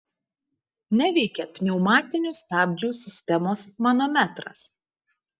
neveikia pneumatinių stabdžių sistemos manometras